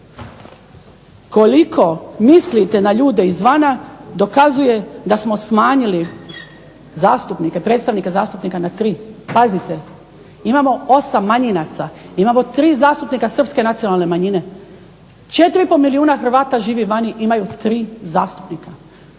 Koliko mislite na ljude iz vana dokazuje da smo smanjili predstavnike zastupnika na 3. Pazite, imamo 8 manjinaca, imamo 3 zastupnika Srpske nacionalne manjine, 4,5 milijun Hrvata živi vani a imamo 3 zastupnika.